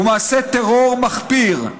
"הוא מעשה טרור מחפיר,